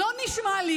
לא נשמע לי,